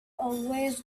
always